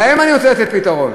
להם אני רוצה לתת פתרון.